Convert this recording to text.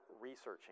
researching